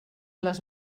les